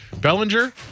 Bellinger